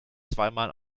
zweimal